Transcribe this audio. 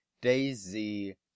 Daisy